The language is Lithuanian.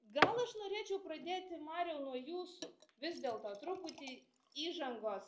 gal aš norėčiau pradėti mariau nuo jūsų vis dėlto truputį įžangos